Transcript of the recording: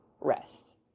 rest